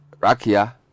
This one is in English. Rakia